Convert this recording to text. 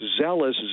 zealous